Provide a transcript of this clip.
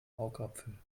augapfel